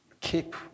keep